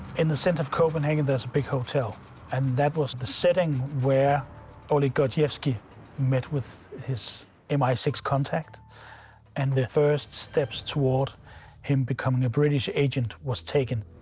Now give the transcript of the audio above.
in the center of copenhagen there's a big hotel and that was the setting where oleg gordievsky met with his m i six contact and the first steps toward him becoming a british agent was taken.